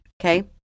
okay